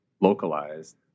localized